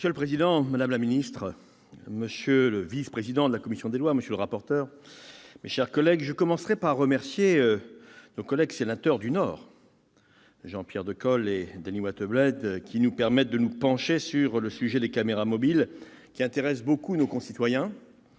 Monsieur le président, madame la ministre, monsieur le vice-président de la commission des lois, monsieur le rapporteur, mes chers collègues, je commencerai par remercier nos collègues sénateurs du Nord, Jean-Pierre Decool et Dany Wattebled : ils nous permettent de nous pencher sur le sujet des caméras mobiles, qui intéresse beaucoup nos concitoyens,